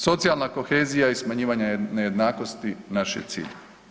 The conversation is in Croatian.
Socijalna kohezija i smanjivanje nejednakosti naš je cilj.